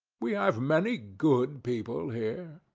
we have many good people here.